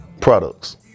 products